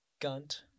gunt